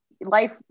life